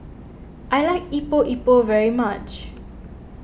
I like Epok Epok very much